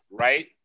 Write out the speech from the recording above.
Right